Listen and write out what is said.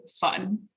fun